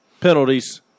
penalties